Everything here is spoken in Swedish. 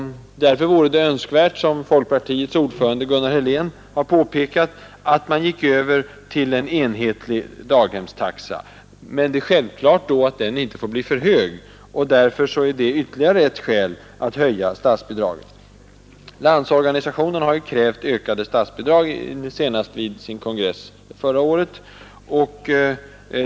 Därför vore det önskvärt, som folkpartiets ordförande Gunnar Helén har på pekat, att man övergick till en enhetlig daghemstaxa. Men det är självklart att den inte får bli för hög, och det är ytterligare ett skäl för att höja statsbidraget. Landsorganisationen har krävt ökat statsbidrag, senast vid sin kongress förra året.